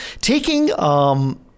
taking